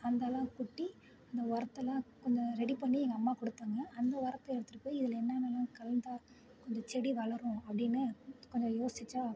அதெல்லாம் கொட்டி அந்த ஒரத்தெல்லாம் கொஞ்சம் ரெடி பண்ணி எங்கள் அம்மா கொடுத்தாங்க அந்த ஒரத்தை எடுத்துகிட்டு போய் இதில் என்னென்னலாம் கலந்தால் கொஞ்சம் செடி வளரும் அப்படின்னு கொஞ்சம் யோசிச்சால்